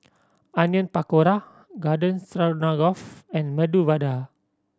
Onion Pakora Garden Stroganoff and Medu Vada